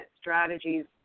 strategies